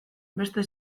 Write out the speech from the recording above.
beste